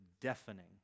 deafening